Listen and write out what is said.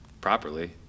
properly